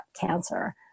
cancer